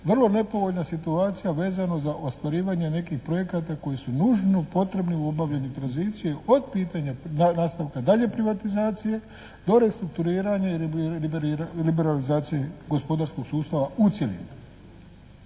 vrlo nepovoljna situacija vezano za ostvarivanje nekih projekata koji su nužno potrebni u obavljanju tranzicije od pitanja nastanka dalje privatizacije do restrukturiranja i liberalizacije gospodarskog sustava u cjelini.